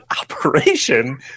operation